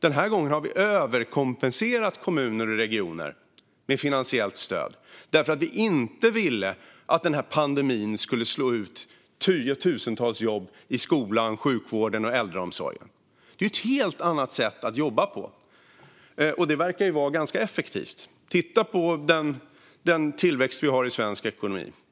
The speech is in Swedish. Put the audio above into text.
Den här gången har vi överkompenserat kommuner och regioner med finansiellt stöd därför att vi inte ville att pandemin skulle slå ut tiotusentals jobb i skolan, sjukvården och äldreomsorgen. Det är ett helt annat sätt att jobba på, och det verkar ju vara ganska effektivt. Titta på den tillväxt vi har i svensk ekonomi!